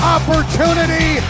Opportunity